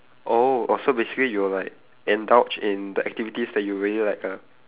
oh oh so basically you'll like indulge in the activities that you really like ah